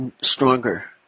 stronger